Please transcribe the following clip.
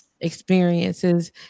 experiences